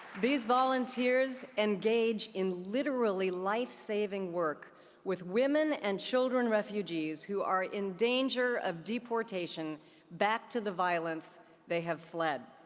these volunteers engage in literally lifesaving work with women and children refugees who are in danger of deportation back to the violence they have fled.